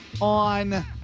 On